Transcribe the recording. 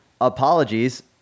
apologies